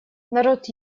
народ